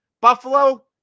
Buffalo